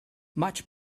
much